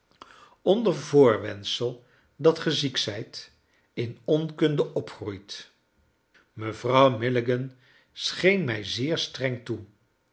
onder voorwendsel dat gij ziek zijt in onkunde opgroeit mevrouw milligan scheen mij zeer streng toe